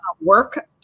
work